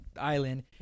island